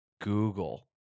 Google